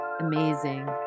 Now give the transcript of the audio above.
amazing